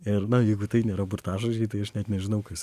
ir na jeigu tai nėra burtažodžiai tai aš net nežinau kas